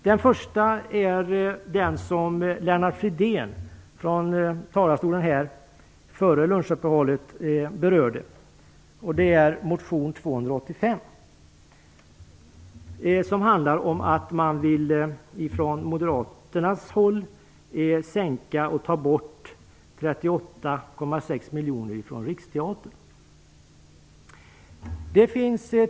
Först vill jag säga några ord om det som Lennart Fridén berörde före middagsuppehållet, nämligen motion 285 som handlar om att man från moderaternas håll vill ta bort 38,6 miljoner från riksteatern.